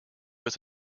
was